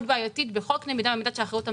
בעייתית בכל קנה מידה במידת אחריות המדינה,